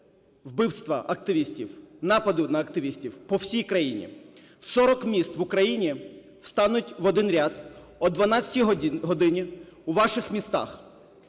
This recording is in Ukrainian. вбивства активістів, нападу на активістів по всій країні. 40 міст в Україні встануть в один ряд о 12 годині у ваших містах.